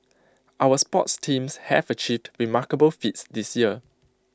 our sports teams have achieved remarkable feats this year